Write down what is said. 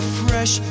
fresh